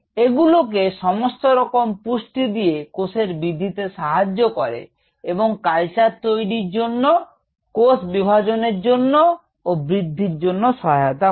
এগুলোকে সমস্ত রকম পুষ্টি দিয়ে কোষের বৃদ্ধিতে সাহায্য করে এবং কালচার তৈরীর জন্য কোষ বিভাজনের জন্য ও বৃদ্ধির জন্য সহায়তা করে